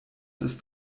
ist